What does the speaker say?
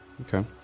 Okay